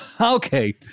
Okay